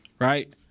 right